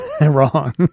Wrong